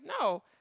no